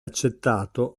accettato